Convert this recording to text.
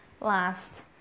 last